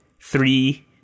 three